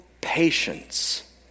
patience